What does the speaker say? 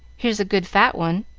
here's a good fat one.